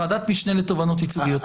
ועדת משנה לתובענות ייצוגיות.